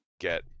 get